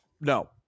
no